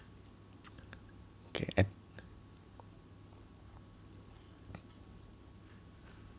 okay